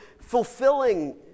fulfilling